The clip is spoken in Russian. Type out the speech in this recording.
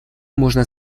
можно